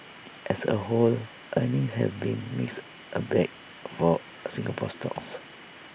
as A whole earnings have been mixed A bag for Singapore stocks